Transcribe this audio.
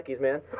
man